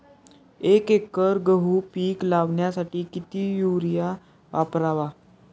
एक एकर गहू पीक लावण्यासाठी किती युरिया वापरावा?